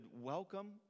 welcome